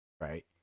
right